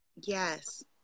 Yes